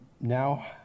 now